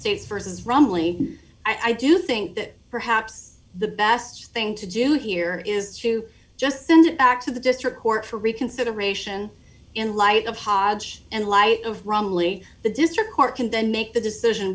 states versus wrongly i do think that perhaps the best thing to do here is to just send it back to the district court for reconsideration in light of hodge and light of wrongly the district court can then make the decision